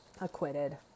acquitted